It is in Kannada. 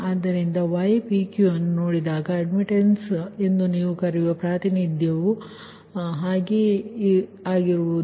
ಆದ್ದರಿಂದ ypq ಇದನ್ನು ನೋಡಿದಾಗ ಅಡ್ಮಿಟ್ಟೆನ್ಸಸ್ ಎಂದು ನೀವು ಕರೆಯುವ ಪ್ರಾತಿನಿಧ್ಯವು ಹಾಗೆ ಇದು